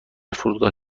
فرودگاه